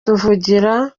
tuvugira